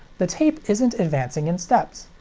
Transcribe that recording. the tape isn't advancing in steps.